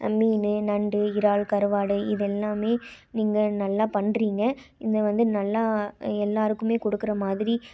மீன் நண்டு இறால் கருவாடு இது எல்லாம் நீங்கள் நல்லா பண்ணுறீங்க இங்கே வந்து நல்லா எல்லோருக்குமே கொடுக்குற மாதிரி